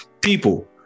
people